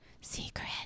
secret